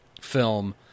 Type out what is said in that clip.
film